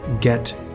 get